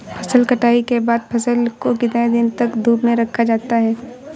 फसल कटाई के बाद फ़सल को कितने दिन तक धूप में रखा जाता है?